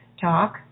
talk